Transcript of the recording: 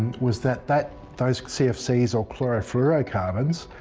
was that that those cfcs, or chlorofluorocarbons,